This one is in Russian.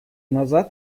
назад